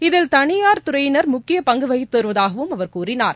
இதில் தனியார் துறையினர் முக்கிய பங்கு வகித்து வருவதாகவும் அவர் கூறினார்